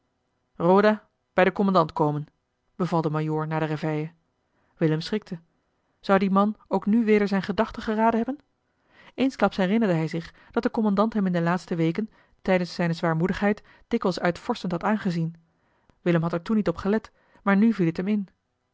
roda bij den kommandant komen beval de majoor na de réveille willem schrikte zou die man ook nu weder zijne gedachten geeli heimans willem roda raden hebben eensklaps herinnerde hij zich dat de kommandant hem in de laatste weken tijdens zijne zwaarmoedigheid dikwijls uitvorschend had aangezien willem had er toen niet op gelet maar nu viel het hem in